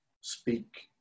speak